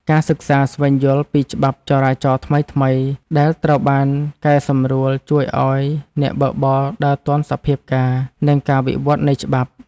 ការសិក្សាស្វែងយល់ពីច្បាប់ចរាចរណ៍ថ្មីៗដែលត្រូវបានកែសម្រួលជួយឱ្យអ្នកបើកបរដើរទាន់សភាពការណ៍ និងការវិវត្តនៃច្បាប់។